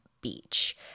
Beach